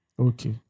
Okay